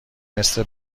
مثل